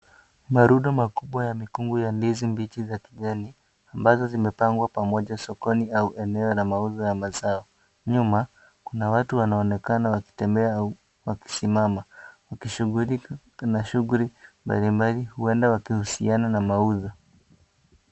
Marundo mikubwa ya ndizi mbichi za kijani ambazo zimepangwa pamoja sokoni au eneo la mauzo ya mazao. Nyuma, kuna watu wanaonekana wakitembea au wakisimama wakishughulika na shughuli mbalimbali, huenda wakihusiana na mauzo.